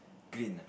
green ah